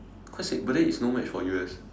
quite sick but then it's no match for U_S